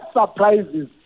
surprises